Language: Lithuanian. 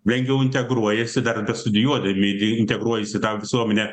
lengviau integruojasi dar bestudijuodami integruojasi į tą visuomenę